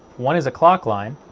one is a clock line,